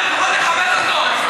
לפחות לכבד אותו.